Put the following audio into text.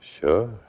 Sure